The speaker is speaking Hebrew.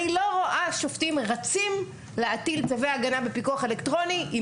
רואה שופטים רצים להטיל צווי הגנה בפיקוח אלקטרוני אם